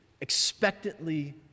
expectantly